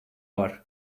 var